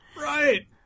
right